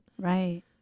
Right